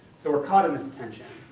so we're caught in this tension.